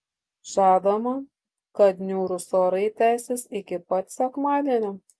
žadama kad niūrūs orai tęsis iki pat sekmadienio